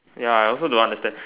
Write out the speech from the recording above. ya I also don't understand